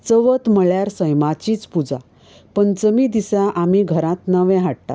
चवथ म्हणल्यार सैमाचीच पुजा पंचमी दिसा आमी घरांत नवें हाडटात